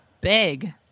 big